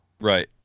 Right